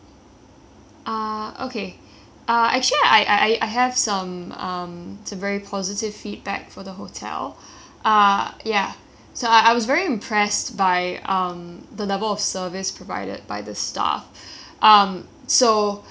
I I I have some um to very positive feedback for the hotel ah ya so I was very impressed by um the level of service provided by the staff um so I I think I think one incident was um